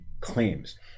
claims